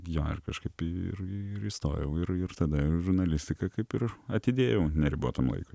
jo ir kažkaip ir ir įstojau ir ir tada žurnalistiką kaip ir atidėjau neribotam laikui